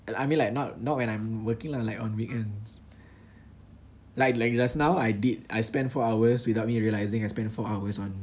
I mean like not not when I'm working lah like on weekends like like just now I did I spend four hours without me realising I spent four hours on